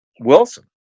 Wilson